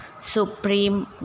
supreme